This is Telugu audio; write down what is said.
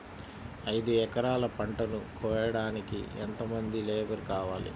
ఐదు ఎకరాల పంటను కోయడానికి యెంత మంది లేబరు కావాలి?